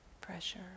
pressure